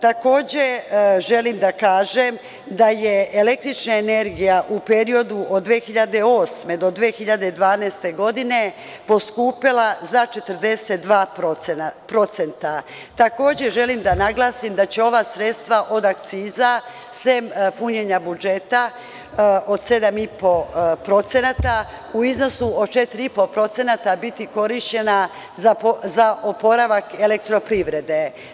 Takođe želim da kažem da je električna energija u periodu od 2008. do 2012. godine poskupela za 42%, takođe želim da naglasim da će ova sredstva od akciza sem punjenja budžeta od 7,5% u iznosu od 4,5% biti korišćena za oporavak Elektroprivrede.